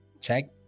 check